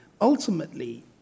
ultimately